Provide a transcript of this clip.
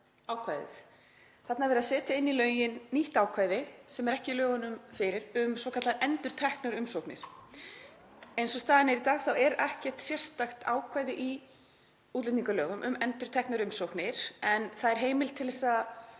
Þarna er verið að setja inn í lögin nýtt ákvæði, sem er ekki í lögunum fyrir, um svokallaðar endurteknar umsóknir. Eins og staðan er í dag er ekkert sérstakt ákvæði í útlendingalögum um endurteknir umsóknir en það er heimild til að